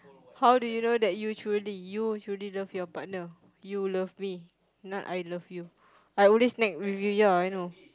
how did you know that you truly you truly love your partner you love me not I love you I always nag with you ya I know